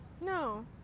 No